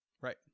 Right